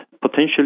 potentially